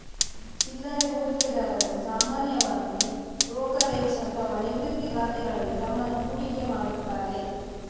ಚಿಲ್ಲರೆ ಹೂಡಿಕೆದಾರರು ಸಾಮಾನ್ಯವಾಗಿ ಬ್ರೋಕರೇಜ್ ಅಥವಾ ನಿವೃತ್ತಿ ಖಾತೆಗಳಲ್ಲಿ ತಮ್ಮನ್ನು ಹೂಡಿಕೆ ಮಾಡುತ್ತಾರೆ